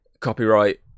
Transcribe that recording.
copyright